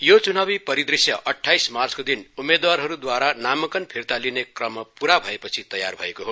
यो च्नावी परिदृश्य अठाइस मार्चको दिन उम्मेदवारहरूद्वारा नामांकन फिर्ता लिने क्रम पूरा भएपचि तयार भएको हो